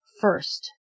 first